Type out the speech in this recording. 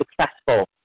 successful